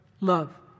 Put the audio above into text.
Love